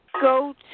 go